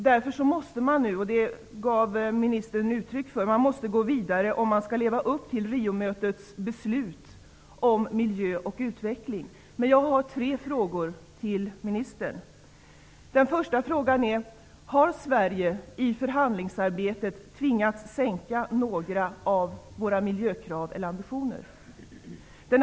Därför måste man nu gå vidare om man skall leva upp till RIO-mötets beslut om miljö och utveckling. Detta gav också ministern uttryck för. 1.Har man i förhandlingsarbetet tvingats sänka några av Sveriges miljökrav eller ambitioner?